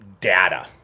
data